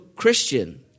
Christian